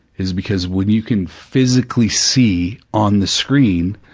is because when you can physically see on the screen,